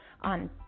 on